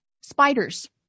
Spiders